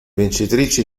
vincitrici